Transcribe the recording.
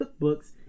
cookbooks